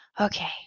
okay